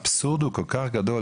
והאבסורד הוא כל כך גדול,